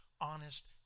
honest